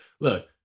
look